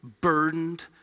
burdened